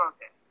Okay